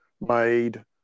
made